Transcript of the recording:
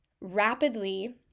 rapidly